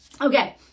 Okay